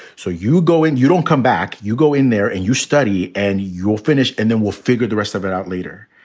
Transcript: so you go in. you don't come back. you go in there and you study and you'll finish and then we'll figure the rest of it out later.